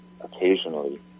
occasionally